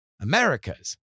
America's